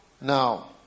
Now